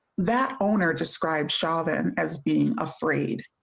that owner describes shot and as being afraid.